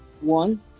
one